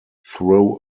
throw